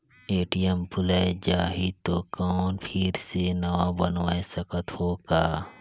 ATM भुलाये जाही तो कौन फिर से नवा बनवाय सकत हो का?